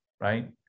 Right